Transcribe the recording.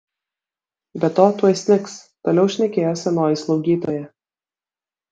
be to tuoj snigs toliau šnekėjo senoji slaugytoja